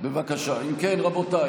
בבקשה לשבת.